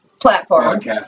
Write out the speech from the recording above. platforms